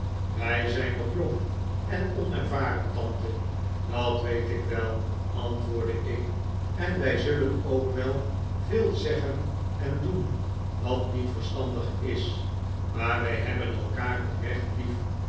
wij zijn nog jong en onervaren tante dat weet ik wel antwoordde ik en wij zullen ook wel veel zeggen en doen wat niet verstandig is maar wij hebben elkaar oprecht lief